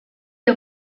les